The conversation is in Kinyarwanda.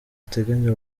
ateganya